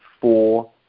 four